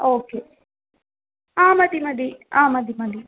okay ആ മതി മതി ആ മതി മതി